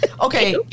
Okay